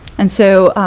and so